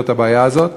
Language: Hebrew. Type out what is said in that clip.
שפותר את הבעיה הזאת,